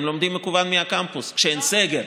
הם לומדים מקוון מהקמפוס, כשאין סגר.